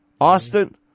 Austin